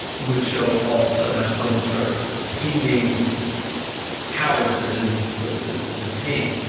would show if all of a sudden my phone starts pinging towers that it isn't supposed to to ping.